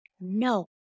no